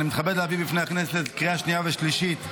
אני מתכבד להביא בפני הכנסת בקריאה שנייה ושלישית,